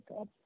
up